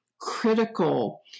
critical